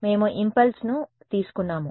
మేము ఇంపల్స్ ను తీసుకున్నాము